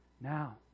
Now